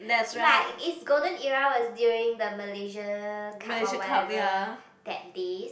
like it's golden era was during the Malaysian Cup or whatever that days